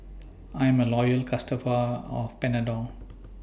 I'm A Loyal customer of Panadol